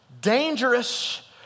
Dangerous